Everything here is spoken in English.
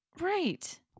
Right